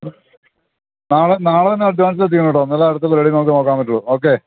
നാളെ നാളെ തന്നെ അഡ്വാൻസ് എത്തിക്കണം കേട്ടോ എന്നാലെ അടുത്ത പരിപാടി നമുക്ക് നോക്കാൻ പറ്റുകയുള്ളു ഓക്കെ